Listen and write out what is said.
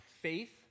faith